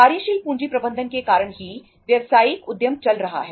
कार्यशील पूंजी प्रबंधन के कारण ही व्यावसायिक उद्यम चल रहा है